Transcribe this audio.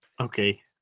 okay